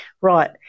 right